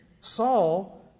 Saul